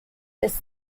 his